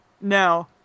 No